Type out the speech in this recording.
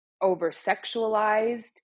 over-sexualized